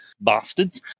bastards